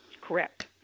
Correct